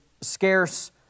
scarce